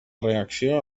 reacció